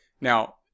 now